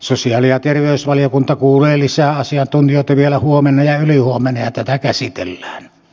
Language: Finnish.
sosiaali ja terveysvaliokunta kuulee lisää asiantuntijoita vielä huomenna ja ylihuomenna ja tätä käsitellään